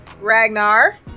Ragnar